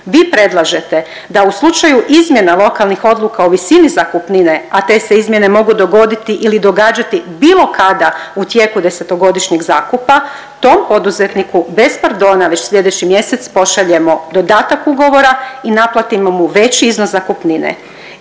Vi predlažete da u slučaju izmjena lokalnih odluka o visini zakupnine, a te se izmjene mogu dogoditi ili događati bilo kada u tijeku desetogodišnjeg zakupa tom poduzetniku bez pardona već slijedeći mjesec pošaljemo dodatak ugovora i naplatimo mu veći iznos zakupnike